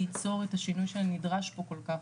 ייצור את השינוי שנדרש פה כל-כך.